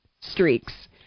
streaks